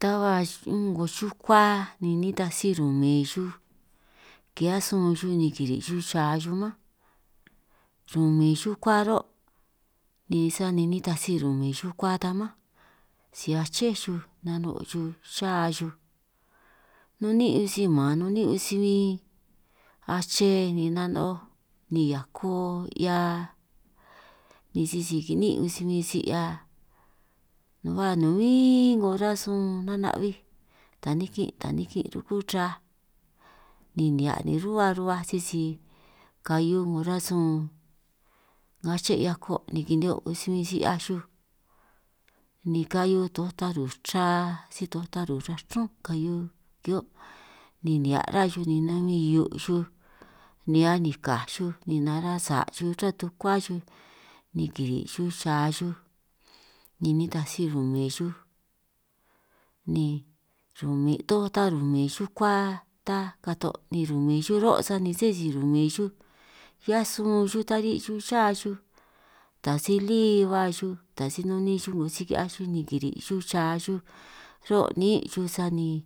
Ta ba unn 'ngo xukua ni nitaj si rumin xuj kihiaj sun xuj ni kiri' xuj xa mánj, rumin xukua ro' ni sani nitaj si rumin yukua ta mánj si aché xuj nano' xuj xa xuj, nun ni'ín' si man nun ni'ín' un si huin ache ni nano' ni hiako 'hia ni sisi kini'ín' un si huin si 'hia ba nunj huin 'ngo rasun nana'huij, ta nikinj ta nikinj rukú raj ni nihia' nin' ruhua ruhuaj sisi kahiu 'ngo rasun nga aché' hiako', ni kinihio' un si huin si 'hiaj xuj ni kahiu toj taru chra si toj taru rachrúnj kahiu kihio', ni nihia' rá xuj ni nahuin hiu' xuj ni anikaj xuj ni nara' sa' xuj ruhua tukuáj xuj ni kiri' xa xuj, ni nitaj si rumin xuj ni rumin' toj ta rumin xukua taj kato' ni rumin' xuj ro' sani sé si rumin xuj 'hiaj sun xuj ta ri' xuj xa xuj, taj si lí hua xuj taj si nun ni'in xuj 'ngo si ki'hiaj xuj ni kiri' xuj xa xuj ro' ni'in xuj, sani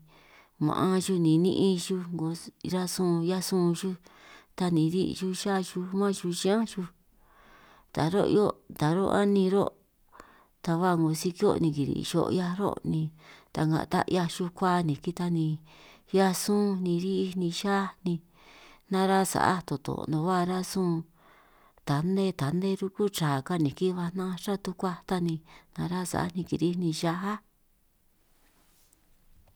ma'anj xuj ni ni'in xuj 'ngo rasun 'hiaj sun xuj ta ni ri' xuj xa xuj man xuj xiñán xuj, ta ro' 'hio' taj run' anin ro' ta ba 'ngo si kihio' ni kiri' xo' hiaj ro' ta'nga ta 'hiaj xukua niki ta, ni 'hiaj sunj ni ri'ij ni xa ni nara sa'aj toto' nunj ba rasun ta nne ta nne rukú ra kaniki ba naanj ruhua tukuaj, ta ni nara' sa'a ni kiri'ij xaj áj.